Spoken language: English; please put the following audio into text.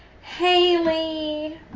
Haley